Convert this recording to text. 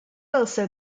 also